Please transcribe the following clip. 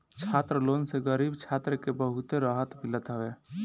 छात्र लोन से गरीब छात्र के बहुते रहत मिलत हवे